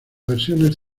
versiones